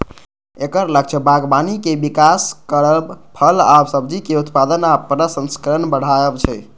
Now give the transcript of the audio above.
एकर लक्ष्य बागबानी के विकास करब, फल आ सब्जीक उत्पादन आ प्रसंस्करण बढ़ायब छै